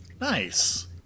Nice